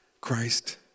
Christ